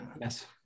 Yes